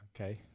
Okay